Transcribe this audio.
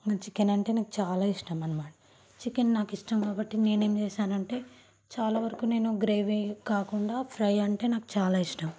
ఇంకా చికెన్ అంటే నాకు చాలా ఇష్టమన్నమాట చికెన్ నాకు ఇష్టం కాబట్టి నేను ఏమి చేసానంటే చాలా వరకు నేను గ్రేవీ కాకుండా ఫ్రై అంటే నాకు చాలా ఇష్టం